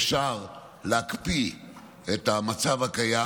שבה אפשר להקפיא את המצב הקיים,